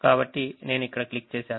కాబట్టి నేను అక్కడ క్లిక్ చేశాను